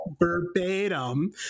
verbatim